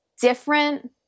different